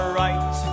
right